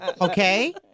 Okay